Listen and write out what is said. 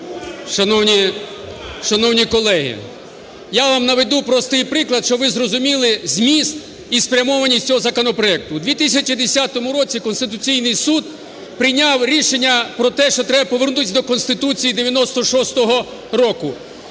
шановні колеги, я вам наведу простий приклад, щоб ви зрозуміли зміст і спрямованість цього законопроекту. В 2010 році Конституційний Суд прийняв рішення про те, що треба повернутися до Конституції 96-го року.